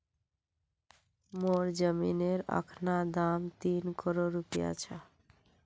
मोर जमीनेर अखना दाम तीन करोड़ रूपया छ